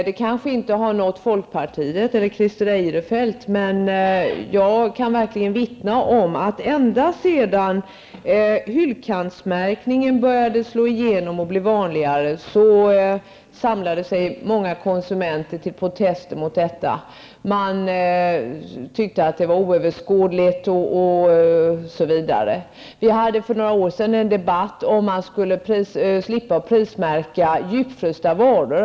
De kanske inte har nått folkpartiet eller Christer Eirefelt, men jag kan vittna om att många konsumenter redan när hyllkantsmärkning började slå igenom och bli vanligare samlades till protester mot detta. Man tyckte det var oöverskådligt osv. Vi förde för några år sedan en debatt om huruvida handeln skulle slippa prismärka djupfrysta varor.